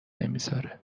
نمیذاره